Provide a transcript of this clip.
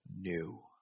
new